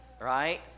Right